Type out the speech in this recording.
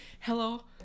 hello